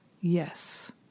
Yes